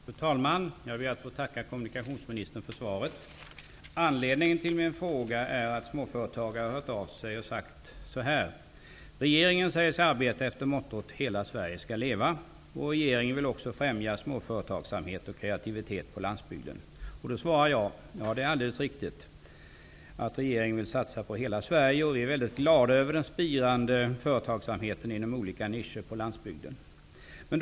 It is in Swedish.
Fru talman! Jag ber att tå tacka kommunikationsministern för svaret. Anledningen till min fråga är att småföretagare har hört av sig och sagt så här: Regeringen säger sig arbeta efter mottot Hela Sverige skall leva. Regeringen vill också främja småföretagsamhet och kreativitet på landsbygden. Jag har då svarat att det är helt riktigt. Regeringen vill satsa på hela Sverige, och vi är mycket glada över den spirande företagsamheten inom olika nischer på landsbygden.